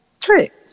Trick